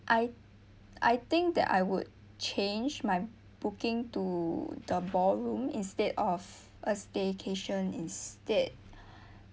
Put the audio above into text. I I think that I would change my booking to the ballroom instead of a staycation instead